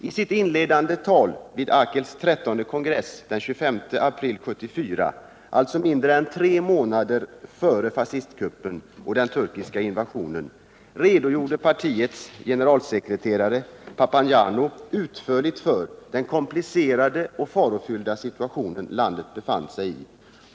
I sitt inledande tal vid AKEL:s trettonde kongress den 25 april 1974, alltså mindre än tre månader före fascistkuppen och den turkiska invasionen, redogjorde partiets generalsekreterare Papaioannou utförligt för den komplicerade och farofyllda situation landet befann sig i.